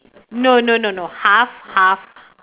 no no no no half half